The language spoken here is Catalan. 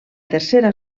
tercera